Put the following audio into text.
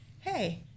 hey